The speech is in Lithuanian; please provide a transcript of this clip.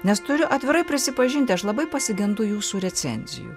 nes turiu atvirai prisipažinti aš labai pasigendu jūsų recenzijų